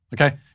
Okay